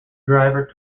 driver